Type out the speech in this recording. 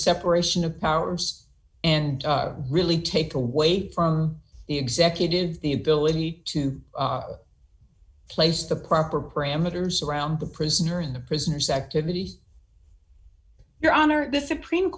separation of powers and really take away from the executive the ability to place the proper parameters around the prisoner in the prisoners activities your honor the supreme